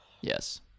yes